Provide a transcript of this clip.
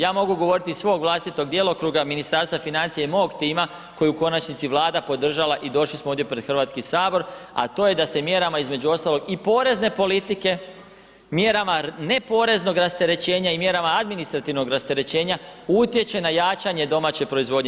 Ja mogu govoriti iz svog vlastitog djelokruga Ministarstva financija i mog tima koji je u konačnici Vlada podržala i došli smo ovdje pred Hrvatski sabor a to je da se mjerama između ostalog i porezne politike, mjerama ne poreznog rasterećenja i mjerama administrativnog rasterećenja utječe na jačanje domaće proizvodnje.